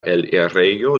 elirejo